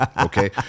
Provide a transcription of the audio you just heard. Okay